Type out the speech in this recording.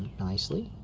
nicely.